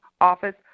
Office